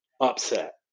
upset